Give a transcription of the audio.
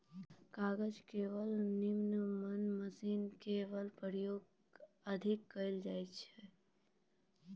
कागज केरो निर्माण म मशीनो केरो प्रयोग अधिक होय छै